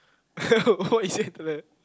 what do you say to that